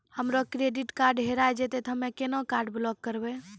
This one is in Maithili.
हमरो क्रेडिट कार्ड हेरा जेतै ते हम्मय केना कार्ड ब्लॉक करबै?